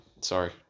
Sorry